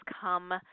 come